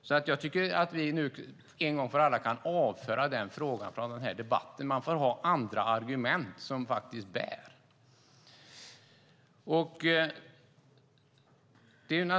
Vi kan en gång för alla avföra frågan från debatten. Man får ha andra argument som faktiskt bär.